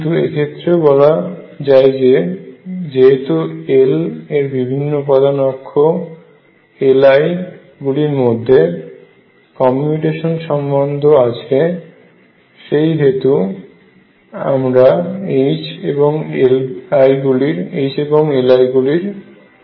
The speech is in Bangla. কিন্তু এক্ষেত্রে ও যেহেতু L এর বিভিন্ন উপাদান অক্ষ Li গুলির মধ্যে কমিউটেশন সম্বন্ধ আছে সেইহেতু আমরা H এবং Li গুলির মধ্যে কেবলমাত্র যেকোনো একটির ক্ষেত্রেই সাধারণ আইগেন ফাংশন কে পেতে পারি